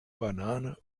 banane